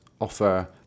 offer